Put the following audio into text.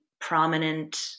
prominent